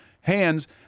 hands